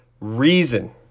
reason